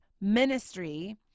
ministry